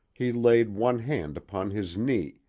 he laid one hand upon his knee,